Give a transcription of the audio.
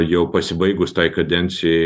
jau pasibaigus tai kadencijai